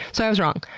so, i was wrong.